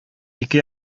ике